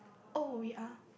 oh ya